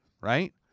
right